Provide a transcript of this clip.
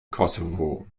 kosovo